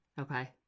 Okay